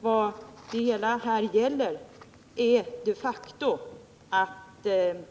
Vad det hela nämligen gäller är de facto att man